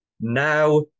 now